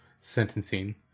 sentencing